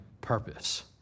purpose